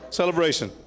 celebration